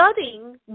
studying